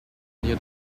near